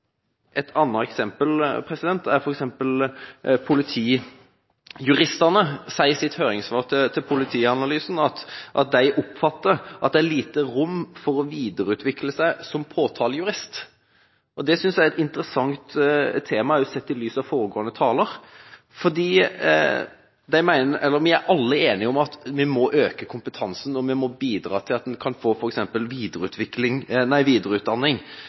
Et annet eksempel: Politijuristene sier i sitt høringssvar til Politianalysen at de oppfatter at det er lite rom for å videreutvikle seg som påtalejurist. Det synes jeg er et interessant tema, også sett i lys av foregående taler, for vi er alle enige om at vi må øke kompetansen, og vi må bidra til at en kan få